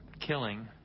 killing